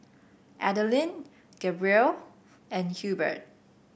Adaline Gabrielle and Hubert